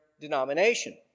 denomination